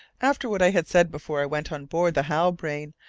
after what i had said before i went on board the halbrane,